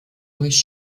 durch